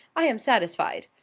i am satisfied.